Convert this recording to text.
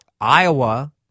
Iowa